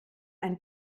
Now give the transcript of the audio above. ein